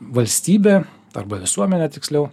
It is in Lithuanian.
valstybė arba visuomenė tiksliau